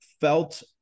felt